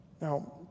Now